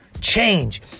Change